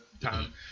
time